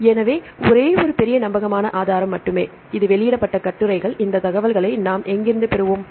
எனவே ஒரே ஒரு பெரிய நம்பகமான ஆதாரம் மட்டுமே எனவே இது வெளியிடப்பட்ட கட்டுரைகள் இந்த தகவலை நாம் எங்கிருந்து பெறுவோம்